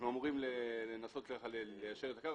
אנחנו אמורים לנסות ליישר את הקו.